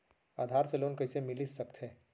आधार से लोन कइसे मिलिस सकथे?